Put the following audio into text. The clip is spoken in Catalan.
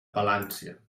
palància